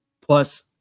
Plus